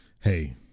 hey